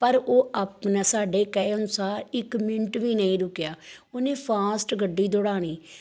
ਪਰ ਉਹ ਆਪਣਾ ਸਾਡੇ ਕਹੇ ਅਨੁਸਾਰ ਇੱਕ ਮਿੰਟ ਵੀ ਨਹੀਂ ਰੁਕਿਆ ਉਹਨੇ ਫਾਸਟ ਗੱਡੀ ਦੌੜਾਣੀ